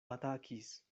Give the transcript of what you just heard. atakis